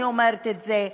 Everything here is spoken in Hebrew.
אני אומרת את זה,